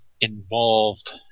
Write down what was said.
involved